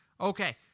Okay